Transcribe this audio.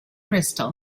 crystal